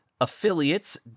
affiliates